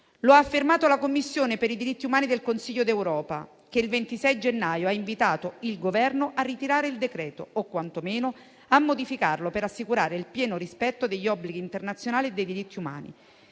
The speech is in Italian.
Lo ha affermato la Commissione per i diritti umani del Consiglio d'Europa, che il 26 gennaio ha invitato il Governo a ritirare il decreto o quanto meno a modificarlo per assicurare il pieno rispetto degli obblighi internazionali e dei diritti umani.